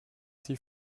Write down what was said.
sie